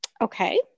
okay